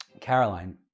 Caroline